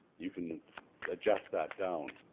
you can adjust that down,